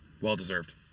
well-deserved